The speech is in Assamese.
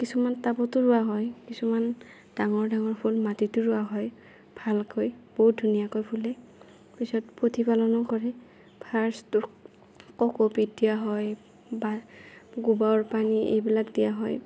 কিছুমান টাবতো ৰোৱা হয় কিছুমান ডাঙৰ ডাঙৰ ফুল মাটিতো ৰোৱা হয় ভালকৈ বহুত ধুনীয়াকৈ ফুলে পিছত প্ৰতিপালনো কৰে ফাৰ্ষ্টটো কক'পিট দিয়া হয় বা গোবৰ পানী এইবিলাক দিয়া হয়